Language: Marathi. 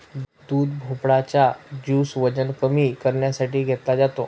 दुधी भोपळा चा ज्युस वजन कमी करण्यासाठी घेतला जातो